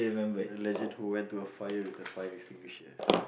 a legend who went to a fire with a fire extinguisher